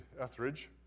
Etheridge